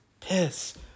piss